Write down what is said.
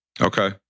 Okay